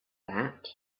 that